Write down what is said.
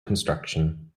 construction